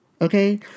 Okay